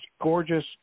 gorgeous